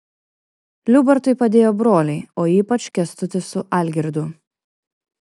liubartui padėjo broliai o ypač kęstutis su algirdu